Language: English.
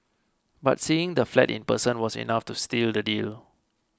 but seeing the flat in person was enough to steal the deal